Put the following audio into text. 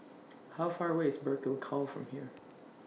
How Far away IS Burkill Cow from here